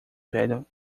velho